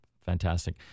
Fantastic